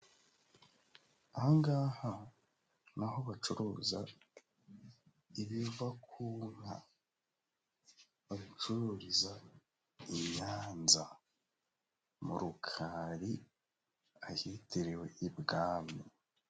Aha ngaha n'aho bacuruza ibiva ku nka bacururiza i Nyanza mu rukari ahitiriwe ibwami.